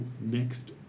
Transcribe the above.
next